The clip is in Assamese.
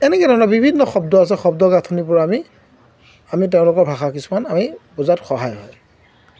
এনেকুৱা ধৰণৰ বিভিন্ন শব্দ আছে শব্দ গাঁথনিবোৰ আমি আমি তেওঁলোকৰ ভাষা কিছুমান আমি বুজাত সহায় হয়